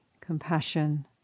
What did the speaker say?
compassion